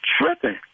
tripping